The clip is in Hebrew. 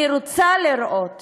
אני רוצה לראות